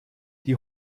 die